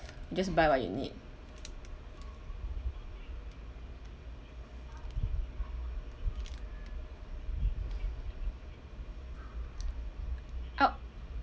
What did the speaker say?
just buy what you need !ow!